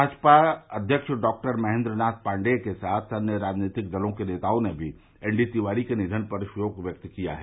भाजपा प्रदेश अध्यक्ष डॉक्टर महेन्द्र नाथ पाण्डेय के साथ अन्य राजनीतिक दर्लो के नेताओं ने भी एन डीतिवारी के निधन पर शोक व्यक्त किया है